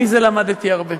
אני מזה למדתי הרבה.